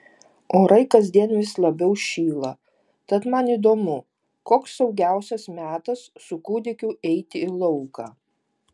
orai kasdien vis labiau šyla tad man įdomu koks saugiausias metas su kūdikiu eiti į lauką